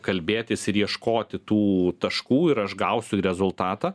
kalbėtis ir ieškoti tų taškų ir aš gausiu rezultatą